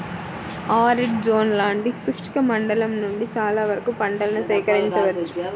arid zone లాంటి శుష్క మండలం నుండి చాలా వరకు పంటలను సేకరించవచ్చు